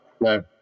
no